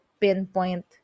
pinpoint